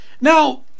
Now